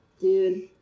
dude